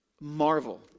Marvel